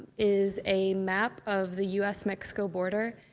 is a map of the us-mexico border,